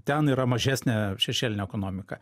ten yra mažesnė šešėlinė ekonomika